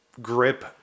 grip